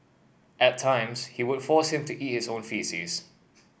at times he would force him to eat his own faeces